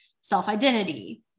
self-identity